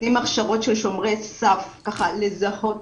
נותנים הכשרות של שומרי סף לזהות